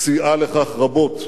סייעה לכך רבות.